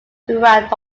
throughout